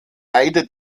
beide